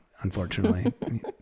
unfortunately